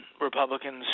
Republicans